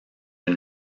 une